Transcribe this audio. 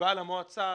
ובאה למועצה,